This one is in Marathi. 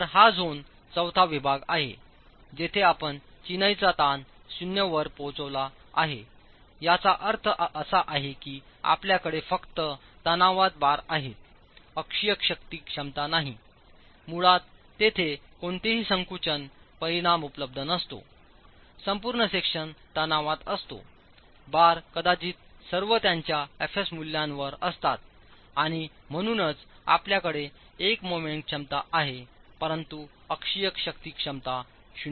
तर हा झोन चौथा विभाग आहे जेथे आपण चिनाईचा ताण शून्य वर पोहोचला आहे याचा अर्थ असा आहे की आपल्याकडे फक्त तणावात बार आहेत अक्षीय शक्ती क्षमता नाही मुळात तेथे कोणतेही संकुचन परिणाम उपलब्ध नसतो संपूर्ण सेक्शन तणावात असतो बार कदाचित सर्व त्यांच्याfsमूल्यांवर असतात आणि म्हणूनच आपल्याकडे एक मोमेंट क्षमता आहे परंतु अक्षीय शक्ती क्षमता शून्य आहे